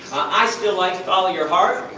i still like follow your heart,